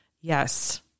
Yes